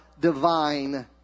divine